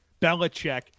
Belichick